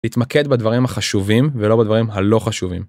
להתמקד בדברים החשובים ולא בדברים הלא חשובים.